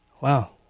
Wow